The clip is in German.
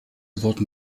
wurden